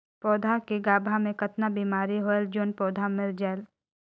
पौधा के गाभा मै कतना बिमारी होयल जोन पौधा मर जायेल?